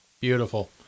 Beautiful